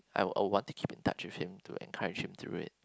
I would I want to keep in touch with him to encourage him to read